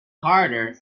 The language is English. harder